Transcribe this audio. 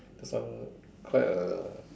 this one quite a